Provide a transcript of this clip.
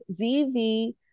ZV